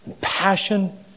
passion